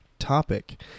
topic